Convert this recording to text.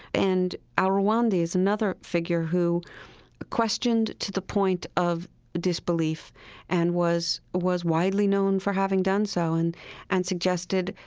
and al-rawandi is another figure who questioned to the point of disbelief and was was widely known for having done so, and and suggested,